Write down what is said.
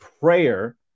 prayer